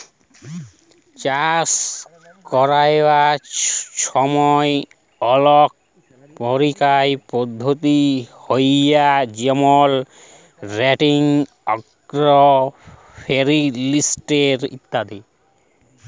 চাষ ক্যরার ছময় অলেক পরকারের পদ্ধতি হ্যয় যেমল রটেটিং, আগ্রো ফরেস্টিরি ইত্যাদি